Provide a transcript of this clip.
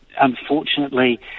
unfortunately